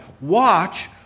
watch